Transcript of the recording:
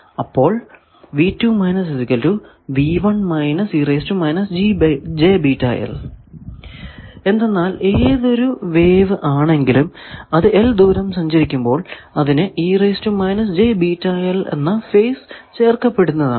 അപ്പോൾ എന്തെന്നാൽ ഏതൊരു വേവ് ആണെങ്കിലും അത് l ദൂരം സഞ്ചരിക്കുമ്പോൾ അതിനു എന്ന ഫേസ് ചേർക്കപ്പെടുന്നതാണ്